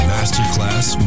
Masterclass